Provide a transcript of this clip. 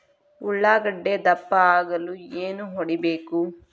ಉಳ್ಳಾಗಡ್ಡೆ ದಪ್ಪ ಆಗಲು ಏನು ಹೊಡಿಬೇಕು?